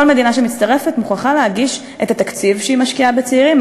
כל מדינה שמצטרפת מוכרחה להגיש את התקציב שהיא משקיעה בצעירים.